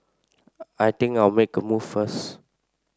I think I'll make a move first